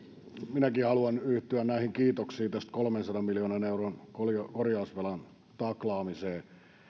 minäkin haluan yhtyä kiitoksiin tästä kolmensadan miljoonan euron korjausvelan taklaamisesta